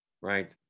Right